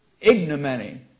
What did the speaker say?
ignominy